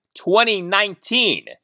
2019